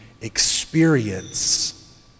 experience